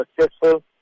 successful